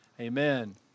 Amen